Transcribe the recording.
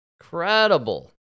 Incredible